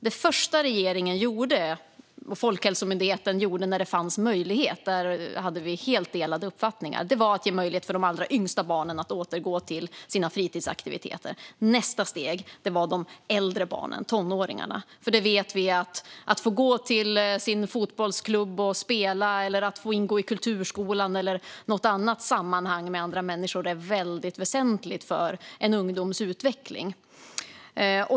Det första regeringen och Folkhälsomyndigheten gjorde när det fanns möjlighet - där hade vi helt delad uppfattning - var att ge möjlighet för de allra yngsta barnen att återgå till sina fritidsaktiviteter. Nästa steg var de äldre barnen, tonåringarna. För det vet vi: Att få gå till sin fotbollsklubb och spela, att få ingå i kulturskolan eller att få ingå i något annat sammanhang med andra människor är väldigt väsentligt för en ungdoms utveckling.